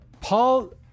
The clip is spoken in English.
Paul